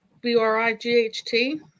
B-R-I-G-H-T